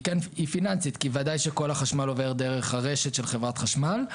היא פיננסית כי ודאי שכל החשמל עובר דרך הרשת של חברת חשמל,